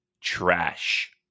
trash